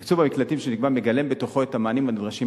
תקצוב המקלטים שנקבע מגלם בתוכו את המענים הנדרשים,